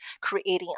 creating